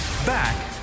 Back